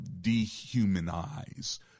dehumanize